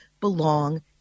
belong